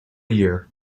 year